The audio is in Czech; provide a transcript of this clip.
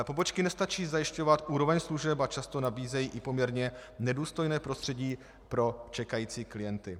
Pobočky nestačí zajišťovat úroveň služeb a často nabízejí i poměrně nedůstojné prostředí pro čekající klienty.